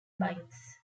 bikes